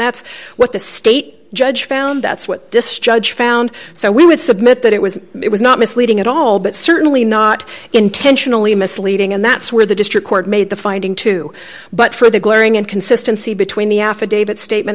that's what the state judge found that's what this judge found so we would submit that it was it was not misleading at all but certainly not intentionally misleading and that's where the district court made the finding too but for the glaring inconsistency between the affidavit statement